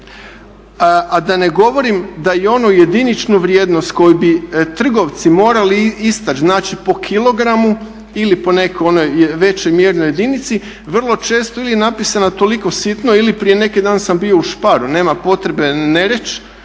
A da ne govorim da i onu jediničnu vrijednost koju bi trgovci morali istači, znači po kilogramu ili po nekoj onoj većoj mjernoj jedinici vrlo često ili je napisana toliko sitno ili prije neki dan sam bio u Sparu, nema potrebe ne reći,